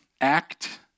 act